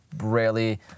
rarely